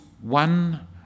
one